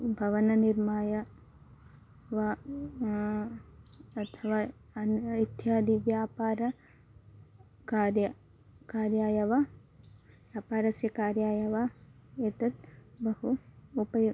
भवननिर्माणं वा अथवा अन्नम् इत्यादिव्यापारकार्याय कार्याय वा अपरस्य कार्याय वा एतत् बहु उपयुक्तः